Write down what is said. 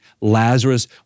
Lazarus